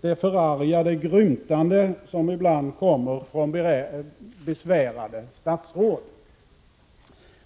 det förargade grymtande som ibland kommer från besvärade statsråd.